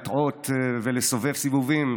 להטעות ולסובב סיבובים.